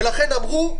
ולכן אמרו: